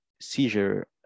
seizure